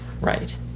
Right